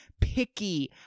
picky